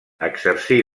exercí